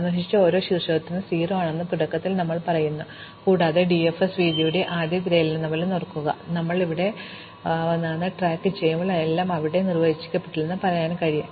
അതിനാൽ സന്ദർശിച്ച ഓരോ ശീർഷകത്തിനും 0 ആണെന്ന് തുടക്കത്തിൽ ഞങ്ങൾ പറയുന്നു കൂടാതെ ഡിഎഫ്എസ് വീതിയുടെ ആദ്യ തിരയലിലെന്നപോലെ ഓർക്കുക ഞങ്ങൾ എവിടെ നിന്നാണ് വന്നതെന്ന് ട്രാക്ക് ചെയ്യാൻ ഞങ്ങൾ ആഗ്രഹിക്കുന്നു അതിനാൽ എല്ലാം അവിടെ നിർവചിക്കപ്പെട്ടിട്ടില്ലെന്ന് ഞങ്ങൾ പറയും